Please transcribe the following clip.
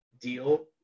deal